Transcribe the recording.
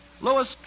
Louis